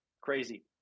Crazy